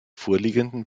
vorliegenden